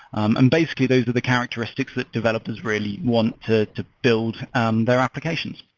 um and basically, those are the characteristics that developers really want to to build um their applications.